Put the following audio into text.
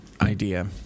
idea